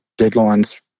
deadlines